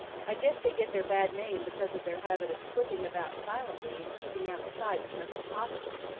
i guess they get their bad name because of their habit of slipping about silently and keeping out of sight as much as possible,